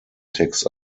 text